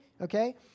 Okay